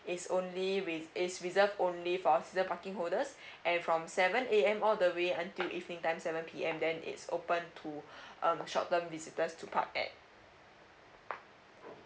it's only with it's reserve only for season parking holders and from seven A_M all the way until evening time seven P_M then it's open to um short term visitors to park at